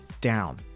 down